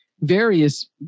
various